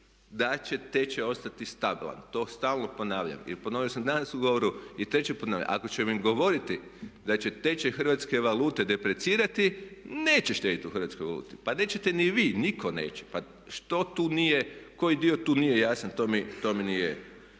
da će tečaj ostati stabilan. To stalno ponavljam i ponovio sam danas u govoru i treći put ponavljam, ako ćemo im govoriti da će tečaj hrvatske valute deprecirati neće štedjeti u hrvatskoj valuti. Pa nećete ni vi, nitko neće. Pa što tu nije, koji dio tu nije jasan to mi nije